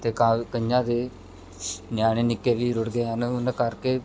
ਅਤੇ ਕਾ ਕਈਆਂ ਦੇ ਨਿਆਣੇ ਨਿੱਕੇ ਵੀ ਰੁੜ੍ਹ ਗਏ ਹਨ ਉਹਨਾਂ ਕਰਕੇ